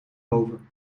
boven